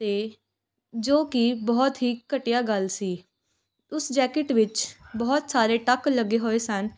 ਅਤੇ ਜੋ ਕਿ ਬਹੁਤ ਹੀ ਘਟੀਆ ਗੱਲ ਸੀ ਉਸ ਜੈਕਿਟ ਵਿੱਚ ਬਹੁਤ ਸਾਰੇ ਟੱਕ ਲੱਗੇ ਹੋਏ ਸਨ